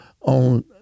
on